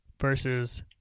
versus